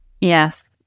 Yes